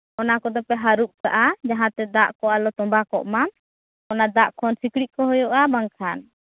ᱚᱱᱟ ᱠᱚᱫᱚᱯᱮ ᱦᱟᱨᱩᱯ ᱠᱟᱜᱼᱟ ᱡᱟᱦᱟᱸᱛᱮ ᱫᱟᱜ ᱠᱚ ᱟᱞᱚ ᱛᱚᱸᱢᱵᱟ ᱠᱚᱜ ᱢᱟ ᱚᱱᱟ ᱫᱟᱜ ᱠᱷᱚᱱ ᱥᱤᱠᱬᱤᱡ ᱠᱚ ᱦᱩᱭᱩᱜᱼᱟ ᱵᱟᱝᱠᱷᱟᱱ